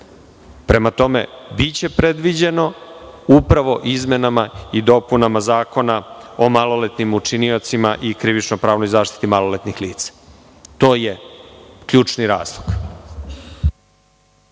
tome, biće predviđeno izmenama i dopunama Zakona o maloletnim učiniocima i krivično pravnoj zaštiti maloletnih lica. To je ključni razlog.